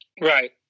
Right